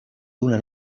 d’una